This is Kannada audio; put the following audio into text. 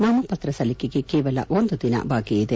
ನಾಮಪತ್ರ ಸಲ್ಲಿಕೆಗೆ ಕೇವಲ ಒಂದು ದಿನ ಬಾಕಿ ಇದೆ